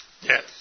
Yes